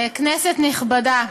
כנסת נכבדה,